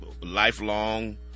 lifelong